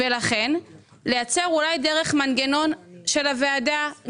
לכן אני מציעה לייצר אולי דרך מנגנון של ועדת הכספים,